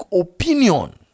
opinion